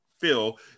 Phil